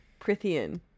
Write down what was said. Prithian